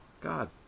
God